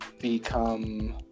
become